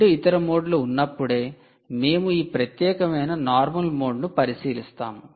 2 ఇతర మోడ్లు ఉన్నప్పుడే మేము ఈ ప్రత్యేకమైన నార్మల్ మోడ్ ను పరిశీలిస్తాము